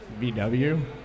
VW